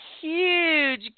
huge